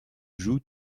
joues